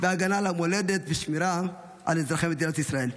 בהגנה על המולדת ושמירה על אזרחי מדינת ישראל.